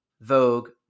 Vogue